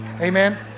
Amen